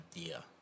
idea